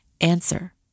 answer